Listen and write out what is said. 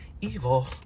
evil